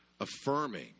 affirming